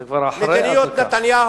זה כבר אחרי הדקה.